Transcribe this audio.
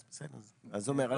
אז בסדר, אז זה מאז.